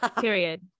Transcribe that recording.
Period